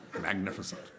Magnificent